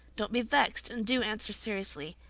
don't be vexed and do answer seriously.